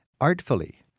artfully